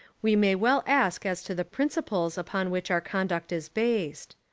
we may well ask as to the principles upon which our conduct is based.